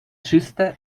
czyste